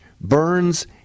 Burns